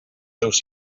seus